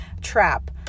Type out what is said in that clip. trap